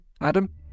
Adam